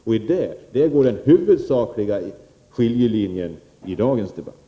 På den punkten går den huvudsakliga skiljelin= jen i dagens debatt.